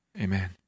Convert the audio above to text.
amen